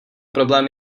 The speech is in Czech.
problém